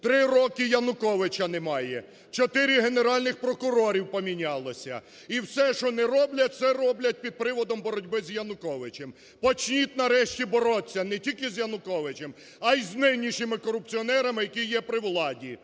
Три роки Януковича немає, 4 генеральних прокурори помінялося і все, що не роблять, все роблять під приводом боротьби з Януковичем. Почніть нарешті боротися не тільки з Януковичем, а й з нинішніми корупціонерами, які є при владі,